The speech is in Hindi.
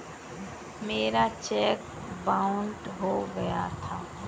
मेरा चेक बाउन्स हो गया था